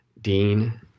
Dean